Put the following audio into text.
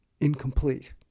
incomplete